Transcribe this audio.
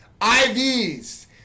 IVs